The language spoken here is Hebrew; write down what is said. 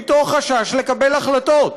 מתוך חשש לקבל החלטות.